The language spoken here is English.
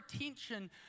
attention